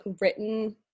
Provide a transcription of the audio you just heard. written